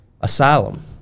asylum